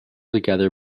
together